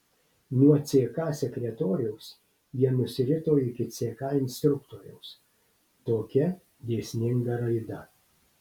nuo ck sekretoriaus jie nusirito iki ck instruktoriaus tokia dėsninga raida